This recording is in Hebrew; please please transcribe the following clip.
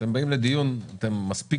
אתם באים לדיון אתם מספיק